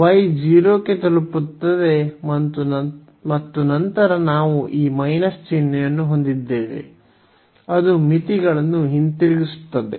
y 0 ಕ್ಕೆ ತಲುಪುತ್ತದೆ ಮತ್ತು ನಂತರ ನಾವು ಈ ಚಿಹ್ನೆಯನ್ನು ಹೊಂದಿದ್ದೇವೆ ಅದು ಮಿತಿಗಳನ್ನು ಹಿಂತಿರುಗಿಸುತ್ತದೆ